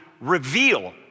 reveal